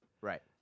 Right